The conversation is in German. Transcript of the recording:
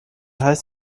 heißt